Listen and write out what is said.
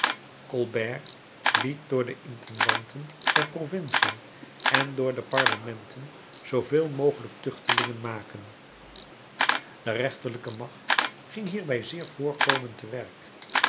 colbert liet door de intendanten der provinciën en door de parlementen zooveel mogelijk tuchtelingen maken de rechterlijke macht ging hierbij zeer voorkomend te werk